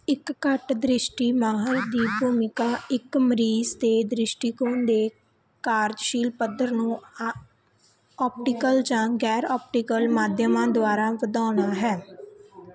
ਇੱਕ ਘੱਟ ਦ੍ਰਿਸ਼ਟੀ ਮਾਹਰ ਦੀ ਭੂਮਿਕਾ ਇੱਕ ਮਰੀਜ਼ ਦੇ ਦ੍ਰਿਸ਼ਟੀਕੋਣ ਦੇ ਕਾਰਜਸ਼ੀਲ ਪੱਧਰ ਨੂੰ ਆਪਟੀਕਲ ਜਾਂ ਗ਼ੈਰ ਆਪਟੀਕਲ ਮਾਧਿਅਮਾਂ ਦੁਆਰਾ ਵਧਾਉਣਾ ਹੈ